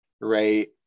right